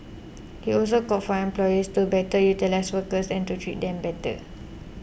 he also called for employers to better utilise workers and to treat them better